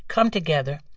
come together